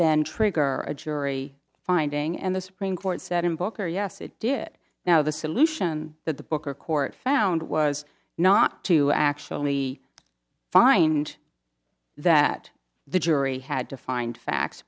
then trigger a jury finding and the supreme court said in booker yes it did now the solution that the booker court found was not to actually find that the jury had to find facts